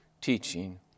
teaching